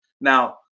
Now